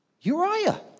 Uriah